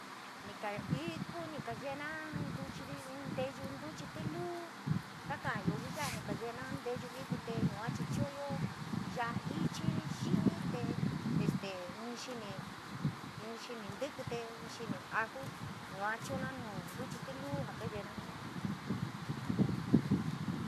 Nika iku ni kayeena ntuchi nteyuu ntuchi tiluu kaaka'ayo jii ya'a ni kayena nteyu iku te yua chii chu'uyo ya'a ichi yi'i te este, inn xini xini ntekí, xini aju yua chu'una nuu ntuchi tiluu jaa kaa yena jenara